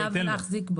הוא לא חייב להחזיק בו.